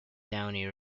downey